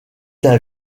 d’un